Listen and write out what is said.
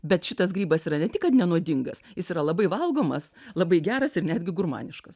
bet šitas grybas yra ne tik kad ne nuodingas jis yra labai valgomas labai geras ir netgi gurmaniškas